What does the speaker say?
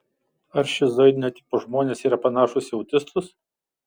ar šizoidinio tipo žmonės yra panašūs į autistus